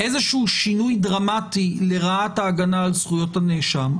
איזשהו שינוי דרמטי לרעת ההגנה על זכויות הנאשם.